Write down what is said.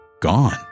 gone